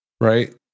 Right